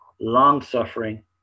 long-suffering